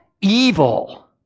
evil